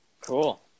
Cool